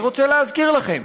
אני רוצה להזכיר לכם: